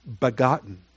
begotten